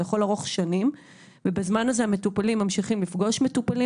זה יכול לערוך שנים ובזמן הזה הרופאים ממשיכים לפגוש מטופלים